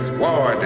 war